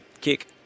kick